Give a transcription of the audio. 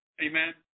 Amen